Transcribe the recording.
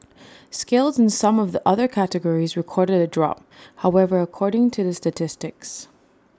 sales in some of the other categories recorded A drop however according to the statistics